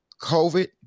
COVID